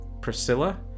Priscilla